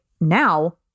now